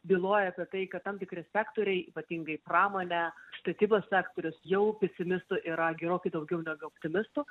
byloja apie tai kad tam tikri sektoriai ypatingai pramonė statybos sektorius jau pesimistų yra gerokai daugiau negu optimistų